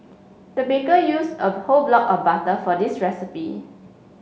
the baker use a whole block of butter for this recipe